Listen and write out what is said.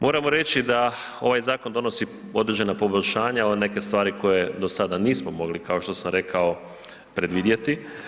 Moramo reći da ovaj zakon donosi određena poboljšanja, neke stvari koje do sada nismo mogli kao što sam rekao predvidjeti.